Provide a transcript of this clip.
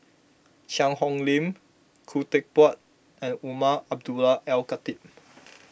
Cheang Hong Lim Khoo Teck Puat and Umar Abdullah Al Khatib